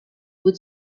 would